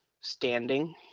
standing